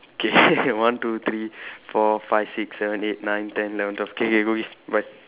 K one two three four five six seven eight nine ten eleven twelve K K go eat bye